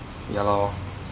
ya lor